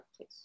please